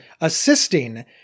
assisting